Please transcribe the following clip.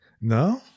no